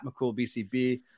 McCoolBCB